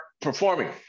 performing